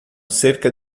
cerca